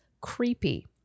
creepy